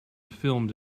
filmed